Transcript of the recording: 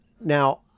Now